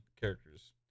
characters